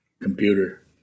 computer